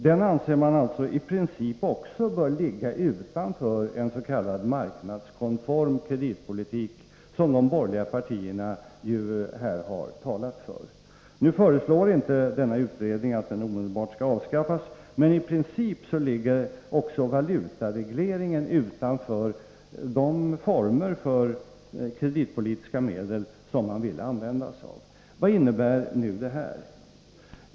Man anser alltså att den i princip också bör ligga utanför en s.k. marknadskonform kreditpolitik, som de borgerliga partierna ju här har talat för. Nu föreslår inte utredningen att valutaregleringen omedelbart skall avskaffas, men i princip ligger den också utanför de former för kreditpolitiska medel som man vill använda sig av. Vad innebär nu detta?